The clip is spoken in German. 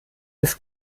des